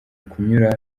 kunyura